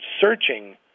searching